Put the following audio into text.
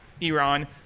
Iran